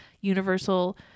Universal